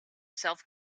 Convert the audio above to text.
self